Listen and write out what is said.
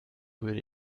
würde